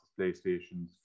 playstations